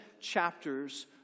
chapters